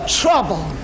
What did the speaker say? trouble